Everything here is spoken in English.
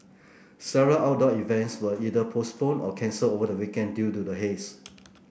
several outdoor events were either postponed or cancelled over the weekend due to the haze